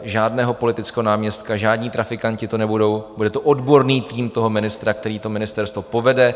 Žádného politického náměstka, žádný trafikanti to nebudou, bude to odborný tým toho ministra, který to ministerstvo povede.